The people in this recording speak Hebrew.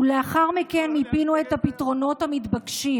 ולאחר מכן מיפינו את הפתרונות המתבקשים,